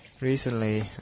Recently